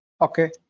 Okay